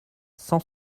cent